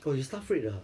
oh 有 staff rate 的啊